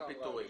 גם פיטורים.